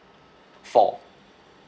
four